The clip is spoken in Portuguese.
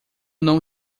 não